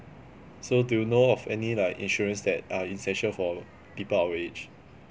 so do you know of any like insurance that are essential for people our age